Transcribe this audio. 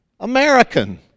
American